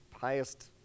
highest